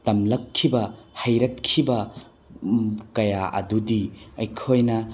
ꯇꯝꯂꯛꯈꯤꯕ ꯍꯩꯔꯛꯈꯤꯕ ꯀꯌꯥ ꯑꯗꯨꯗꯤ ꯑꯩꯈꯣꯏꯅ